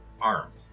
armed